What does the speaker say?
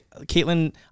Caitlin